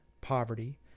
poverty